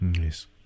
Yes